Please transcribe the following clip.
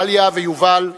דליה ויובל,